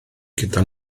gyda